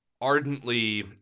ardently